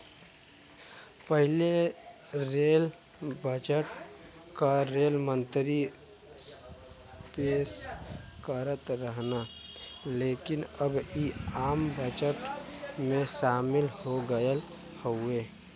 पहिले rail budget क rail मंत्री पेश करत रहन लेकिन अब इ आम बजट में शामिल हो गयल हउवे